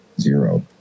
zero